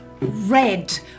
red